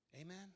Amen